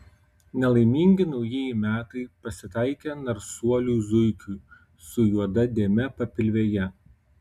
nelaimingi naujieji metai pasitaikė narsuoliui zuikiui su juoda dėme papilvėje